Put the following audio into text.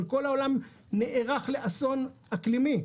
אבל כל העולם נערך לאסון אקלימי,